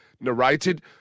Narrated